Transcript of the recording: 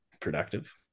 productive